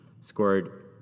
scored